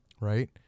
right